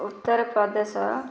Uttar Pradesh